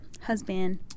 husband